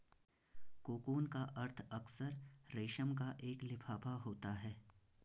cocoon का अर्थ अक्सर रेशम का एक लिफाफा होता है